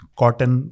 cotton